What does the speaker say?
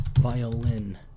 Violin